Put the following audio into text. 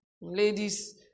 Ladies